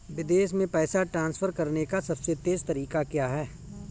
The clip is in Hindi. विदेश में पैसा ट्रांसफर करने का सबसे तेज़ तरीका क्या है?